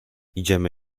idziemy